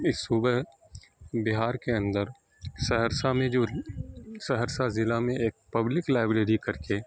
اس صوبہ بہار کے اندر سہرسہ میں جو سہرسہ ضلع میں ایک پبلک لائبریری کر کے